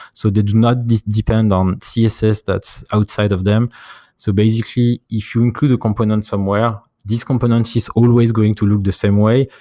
so they do not depend on css that's outside of them so basically, if you include a component somewhere, this component is always going to look the same way.